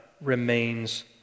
remains